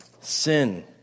sin